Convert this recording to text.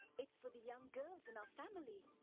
it's for the young girls in our family.